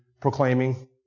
proclaiming